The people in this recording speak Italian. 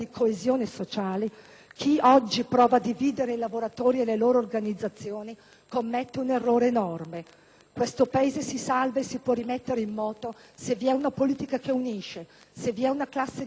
chi oggi prova a dividere i lavoratori e le loro organizzazioni commette un errore enorme. Questo Paese si salva e si può rimettere in moto se vi è una politica che unisce, se vi è una classe dirigente che si assume la